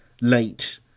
late